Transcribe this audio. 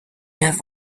have